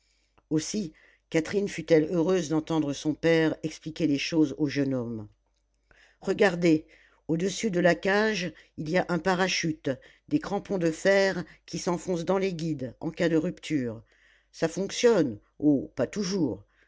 aussi catherine fut-elle heureuse d'entendre son père expliquer les choses au jeune homme regardez au-dessus de la cage il y a un parachute des crampons de fer qui s'enfoncent dans les guides en cas de rupture ça fonctionne oh pas toujours